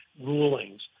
rulings